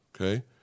okay